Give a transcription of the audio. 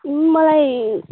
ए मलाई